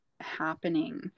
happening